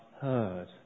heard